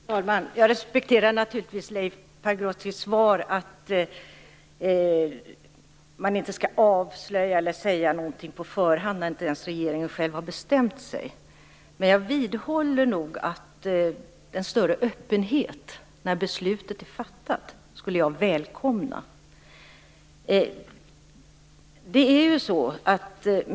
Fru talman! Jag respekterar naturligtvis Leif Pagrotskys svar att man inte skall avslöja något på förhand, när inte ens regeringen har bestämt sig. Men jag vidhåller att en större öppenhet när beslutet är fattat är välkommen.